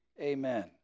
amen